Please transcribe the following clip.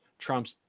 trumps